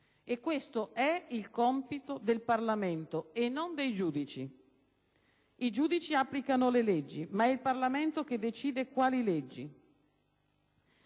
Questo è compito del Parlamento e non dei giudici. I giudici applicano le leggi, ma è il Parlamento che decide quali leggi.